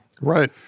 Right